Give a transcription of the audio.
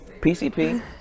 PCP